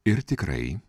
ir tikrai